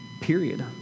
period